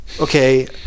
Okay